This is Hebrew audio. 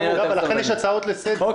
לכן יש הצעות לסדר.